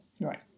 Right